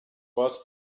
was